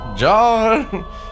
John